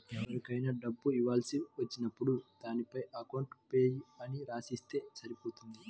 ఎవరికైనా డబ్బులు ఇవ్వాల్సి వచ్చినప్పుడు దానిపైన అకౌంట్ పేయీ అని రాసి ఇస్తే సరిపోతుంది